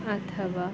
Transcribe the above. ಅಥವಾ